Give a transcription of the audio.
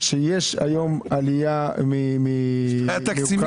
שיש היום עלייה מאוקראינה,